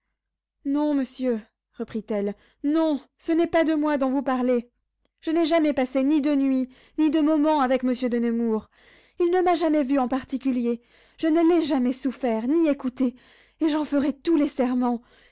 non monsieur reprit-elle non ce n'est pas de moi dont vous parlez je n'ai jamais passé ni de nuits ni de moments avec monsieur de nemours il ne m'a jamais vue en particulier je ne l'ai jamais souffert ni écouté et j'en ferais tous les serments